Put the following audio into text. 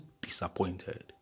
disappointed